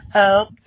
help